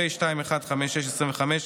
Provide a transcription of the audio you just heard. פ/2156/25,